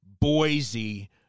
Boise